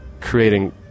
creating